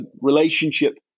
relationship